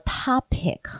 topic